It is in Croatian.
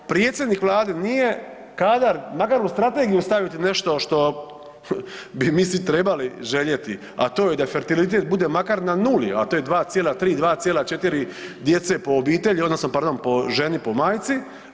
Ako predsjednik Vlade nije kadar makar u strategiju staviti nešto što bi mi svi trebali željeti, a to je da fertilitet bude makar na nuli, a to je 2,3, 2,4 djece po obitelji, odnosno pardon po ženi, po majci.